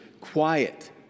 quiet